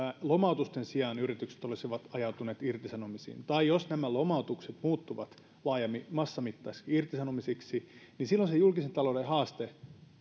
lomautusten sijaan yritykset olisivat ajautuneet irtisanomisiin tai jos nämä lomautukset muuttuvat laajemmin massamittaisiksi irtisanomisiksi niin silloin julkisen talouden haaste